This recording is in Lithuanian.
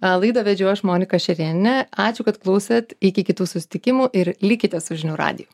a laidą vedžiau aš monika šerienė ačiū kad klausėt iki kitų susitikimų ir likite su žinių radiju